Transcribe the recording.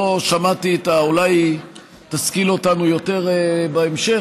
אולי תשכיל אותנו יותר בהמשך,